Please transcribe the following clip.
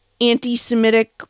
anti-Semitic